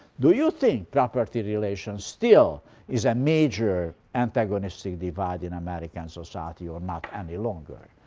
do you think property relations still is a major antagonistic divide in american society, or not any longer?